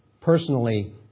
personally